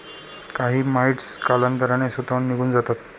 काही माइटस कालांतराने स्वतःहून निघून जातात